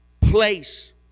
place